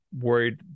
worried